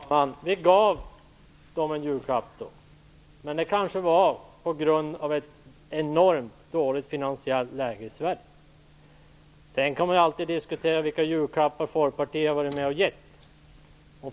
Fru talman! Vi gav dem en julklapp, men det var kanske på grund av ett enormt dåligt finansiellt läge i Sedan kan vi alltid diskutera vilka julklappar Folkpartiet varit med och gett.